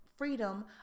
freedom